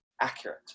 accurate